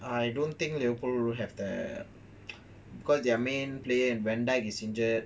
I don't think liverpool will have the the because their main player vandijk is injured